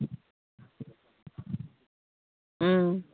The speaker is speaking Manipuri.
ꯎꯝ